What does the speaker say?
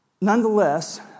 Nonetheless